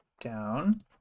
down